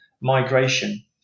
migration